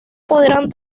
podrán